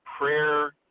prayer